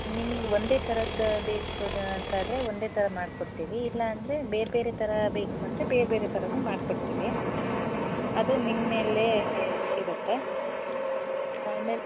ನಿಮಗೆ ಒಂದೇ ಥರದ್ದು ಬೇಕು ಅನ್ ಅಂತಾದರೆ ಒಂದೇ ಥರ ಮಾಡ್ಕೊಡ್ತೀವಿ ಇಲ್ಲಾಂದರೆ ಬೇರೆ ಬೇರೆ ಥರ ಬೇಕು ಅಂದರೆ ಬೇರೆ ಬೇರೆ ಥರಾನು ಮಾಡ್ಕೊಡ್ತೀವಿ ಅದು ನಿಮ್ಮ ಮೇಲೆ ಇರುತ್ತೆ ಆಮೇಲೆ